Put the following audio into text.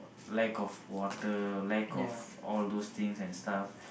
lack of water lack of all those things and stuff